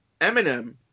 Eminem